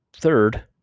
Third